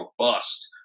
robust